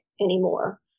anymore